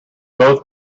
both